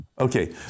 Okay